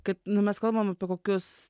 kad nu mes kalbam apie kokius